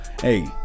hey